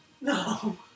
No